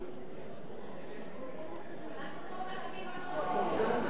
אנחנו פה מחכים רק לחוק שלך, מה את רוצה?